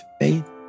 faith